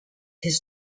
his